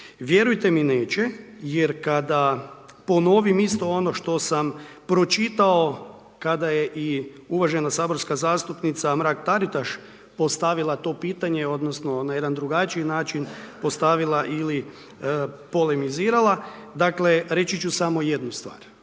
Vjerujte mi neće jer kada ponovim isto ono što sam pročitao kada je i uvažena saborska zastupnica Mrak Taritaš postavila to pitanje odnosno na jedan drugačiji način postavila ili polemizirala, dakle, reći ću samo jednu stvar,